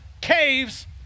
caves